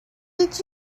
did